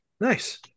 Nice